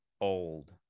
old